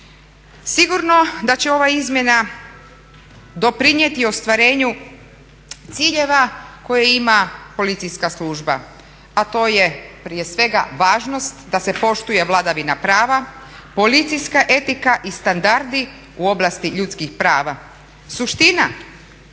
Sigurno da će ova izmjena doprinijeti ostvarenju ciljeva koje ima policijska služba, a to je prije svega važnost se poštuje vladavina prava, policijska etika i standardi u oblasti ljudskih prava,